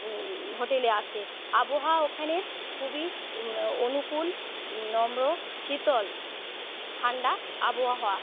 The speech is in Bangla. হোটেলে আসে আবহাওয়া ওখানে খুবই অনুকুল নম্র শীতল ঠান্ডা আবহাওয়া